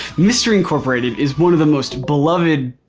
mystery incorporated is one of the most beloved.